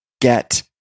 get